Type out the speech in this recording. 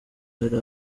hari